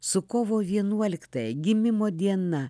su kovo vienuoliktąją gimimo diena